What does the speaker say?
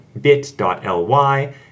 bit.ly